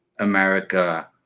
america